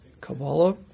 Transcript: Kabbalah